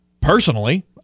Personally